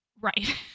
Right